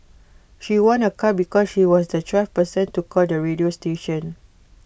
she won A car because she was the twelfth person to call the radio station